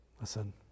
Listen